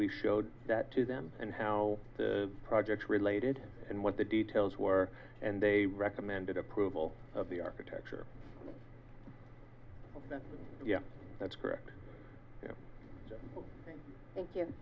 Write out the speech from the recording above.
we showed that to them and how the projects related and what the details were and they recommended approval of the architecture yeah that's correct